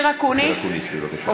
השר אקוניס, בבקשה, נגד.